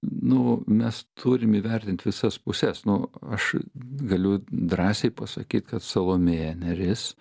nu mes turim įvertint visas puses nu aš galiu drąsiai pasakyt kad salomėja nėris